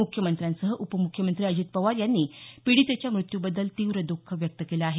मुख्यमंत्र्यांसह उपम्ख्यमंत्री अजित पवार यांनी पिडितेच्या मृत्यूबद्दल तीव्र दुःख व्यक्त केलं आहे